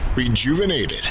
Rejuvenated